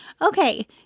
Okay